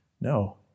No